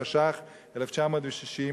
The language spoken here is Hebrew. התש"ך-1960,